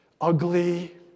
ugly